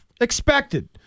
expected